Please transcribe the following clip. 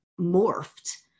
morphed